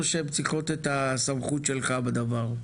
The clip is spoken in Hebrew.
או שהן צריכות את הסמכות שלך בדבר?